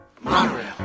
monorail